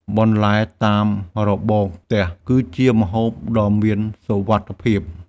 បន្លែតាមរបងផ្ទះ គឺជាម្ហូបដ៏មានសុវត្ថិភាព។